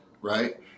right